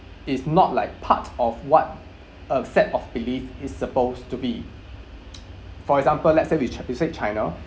is not like part of what a set of belief is supposed to be for example let's say we ch~ we said china